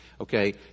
Okay